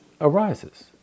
arises